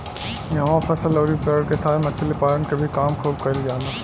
इहवा फसल अउरी पेड़ के साथ मछली पालन के भी काम खुब कईल जाला